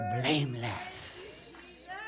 blameless